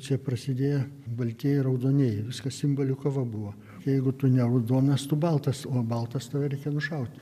čia prasidėjo baltieji raudonieji viskas simbolių kova buvo jeigu tu ne raudonas tu baltas o baltas tave reikia nušaut